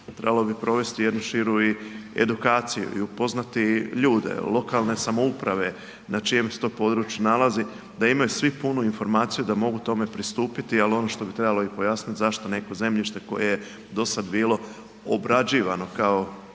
trebalo bi provesti jednu širu i edukaciju i upoznati ljude, lokalne samouprave, na čijem se to području nalazi, da imaju svi punu informaciju da mogu tome pristupiti, ali ono što bi trebalo i pojasniti, zašto neko zemljište koje je dosad bilo obrađivano kao